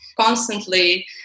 constantly